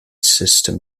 system